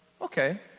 okay